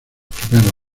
primeros